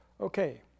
Okay